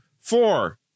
Four